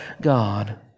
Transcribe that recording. God